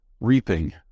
reaping